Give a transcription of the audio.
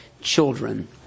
children